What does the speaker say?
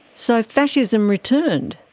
so so fascism returned?